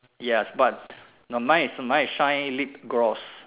yes but the mine is mine is shine lip gloss